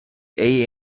ell